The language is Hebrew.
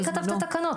מי כתב את התקנות?